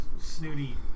snooty